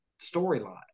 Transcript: storyline